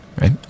right